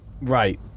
right